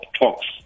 talks